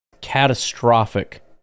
catastrophic